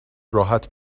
راحت